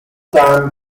time